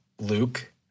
Luke